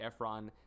Efron